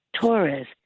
Torres